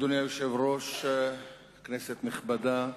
אדוני היושב-ראש, כנסת נכבדה,